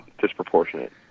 disproportionate